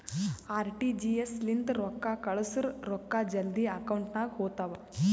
RTGS ಲಿಂತ ರೊಕ್ಕಾ ಕಳ್ಸುರ್ ರೊಕ್ಕಾ ಜಲ್ದಿ ಅಕೌಂಟ್ ನಾಗ್ ಹೋತಾವ್